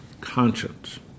conscience